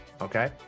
Okay